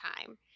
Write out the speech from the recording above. time